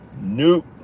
Nope